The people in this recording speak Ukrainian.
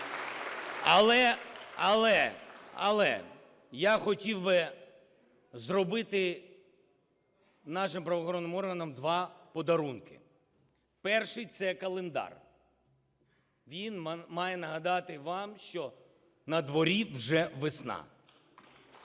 (Оплески) Але я хотів би зробити нашим правоохоронним органам два подарунки. Перший – це календар. Він має нагадати вам, що на дворі вже весна.